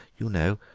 you know,